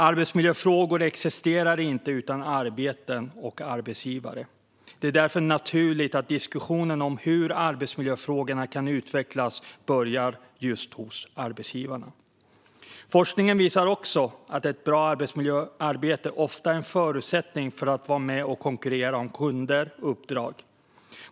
Arbetsmiljöfrågor existerar inte utan arbeten och arbetsgivare. Det är därför naturligt att diskussionen om hur arbetsmiljöfrågorna kan utvecklas börjar hos arbetsgivarna. Forskningen visar också att ett bra arbetsmiljöarbete ofta är en förutsättning för att vara med och konkurrera om kunder och uppdrag.